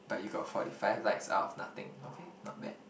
but you got forty five likes out of nothing okay not bad